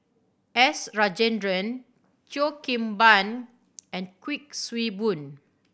S Rajendran Cheo Kim Ban and Kuik Swee Boon